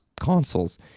consoles